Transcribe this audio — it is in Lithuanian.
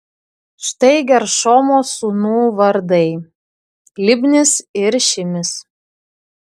štai geršomo sūnų vardai libnis ir šimis